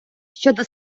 щодо